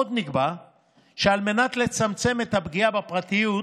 עוד נקבע שכדי לצמצם את הפגיעה בפרטיות,